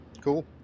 Cool